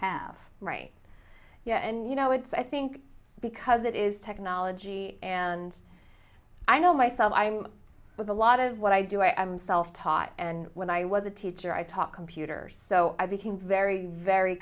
have yeah and you know it's i think because it is technology and i know myself i'm with a lot of what i do i'm self taught and when i was a teacher i talk computers so i became very very